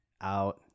out